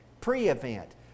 Pre-event